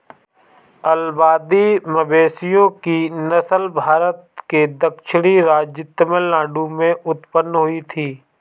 अलंबादी मवेशियों की नस्ल भारत के दक्षिणी राज्य तमिलनाडु में उत्पन्न हुई थी